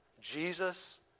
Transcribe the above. Jesus